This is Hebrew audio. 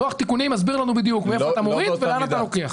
לוח תיקונים מסביר לנו בדיוק מאיפה אתה מוריד ולמה אתה לוקח.